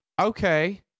Okay